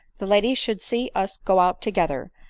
the ladies should see us go out together,